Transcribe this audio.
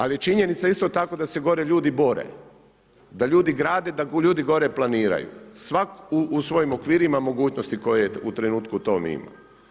Ali, je činjenica isto tako, da se gore ljudi bore, da ljudi grade, da ljudi gore planiraju, svak u svojim okvirima, mogućnosti koje u trenutku tom ima.